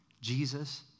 Jesus